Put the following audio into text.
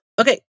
okay